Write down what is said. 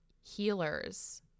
healers